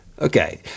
Okay